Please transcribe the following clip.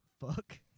fuck